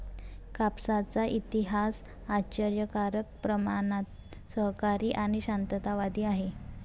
कापसाचा इतिहास आश्चर्यकारक प्रमाणात सहकारी आणि शांततावादी आहे